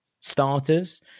starters